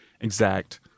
exact